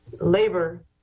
labor